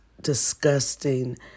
disgusting